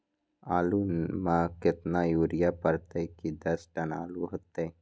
आलु म केतना यूरिया परतई की दस टन आलु होतई?